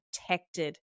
protected